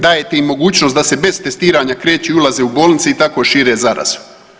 Dajete im mogućnost da se bez testiranju kreću i ulaze u bolnice i tako šire zarazu.